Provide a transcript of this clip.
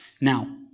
Now